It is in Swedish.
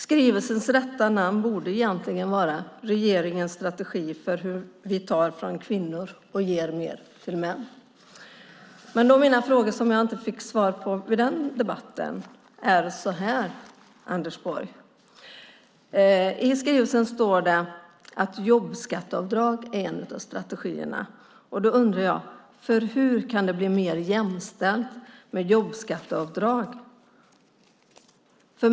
Skrivelsens rätta namn borde egentligen vara: Regeringens strategi för hur vi tar från kvinnor och ger mer till män. Mina frågor som jag inte fick svar på vid den debatten är följande, Anders Borg: I skrivelsen står det att jobbskatteavdrag är en av strategierna, och då undrar jag hur det kan bli mer jämställt med jobbskatteavdrag.